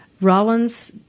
Rollins